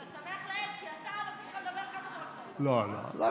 אני אף פעם לא אומר אה, בה.